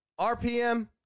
RPM